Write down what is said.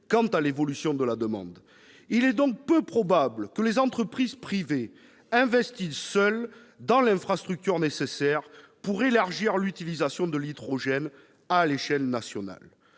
quant à l'évolution de la demande. Il est donc peu probable que les entreprises privées investissent seules dans l'infrastructure nécessaire pour élargir l'utilisation de l'hydrogène à l'échelle nationale.